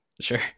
Sure